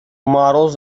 models